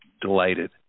delighted